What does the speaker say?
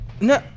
No